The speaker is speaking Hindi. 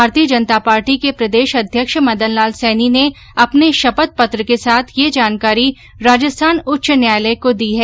भारतीय जनता पार्टी के प्रदेशाध्यक्ष मदनलाल सैनी ने अपने शपथ पत्र के साथ यह जानकारी राजस्थान उच्च न्यायालय को दी है